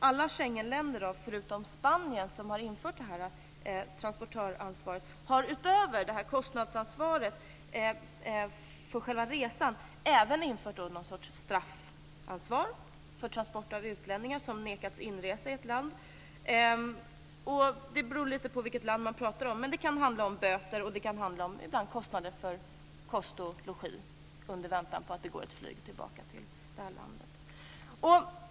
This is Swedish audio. Alla Schengenländer förutom Spanien, som har infört transportöransvaret, har utöver kostnadsansvaret för själva resan även infört någon sorts straffansvar för transport av utlänningar som nekats inresa i ett land. Det beror litet på vilket land man talar om, men det kan handla om böter och ibland om kostnader för kost och logi under väntan på att ett flyg skall gå tillbaka till hemlandet.